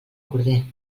corder